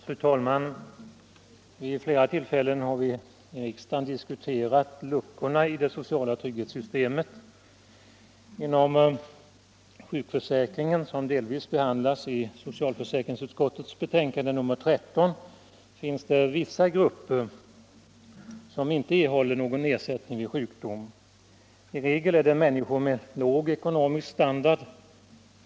Fru talman! Vid flera tillfällen har vi i riksdagen diskuterat luckorna i det sociala trygghetssystemet. Inom sjukförsäkringen — som delvis behandlas i socialförsäkringsutskottets betänkande nr 13 — finns det vissa grupper som inte erhåller någon ersättning vid sjukdom. I regel är det människor med låg ekonomisk standard.